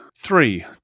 Three